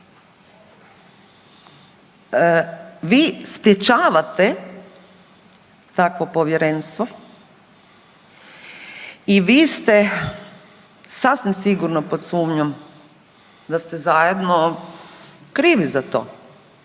vi sprječavate takvo Povjerenstvo i vi ste sasvim sigurno pod sumnjom da ste zajedno krivi za to.